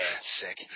sick